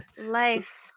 life